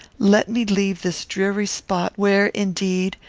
let me leave this dreary spot, where, indeed,